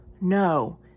No